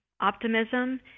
optimism